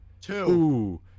Two